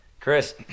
Chris